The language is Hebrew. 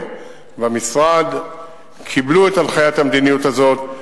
במשרד קיבלו את הנחיית המדיניות הזאת,